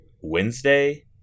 Wednesday